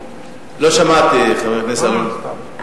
לא שמעתי, חבר הכנסת,